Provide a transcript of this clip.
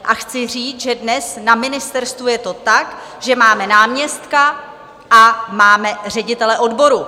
A chci říct, že dnes na ministerstvu je to tak, že máme náměstka a máme ředitele odboru.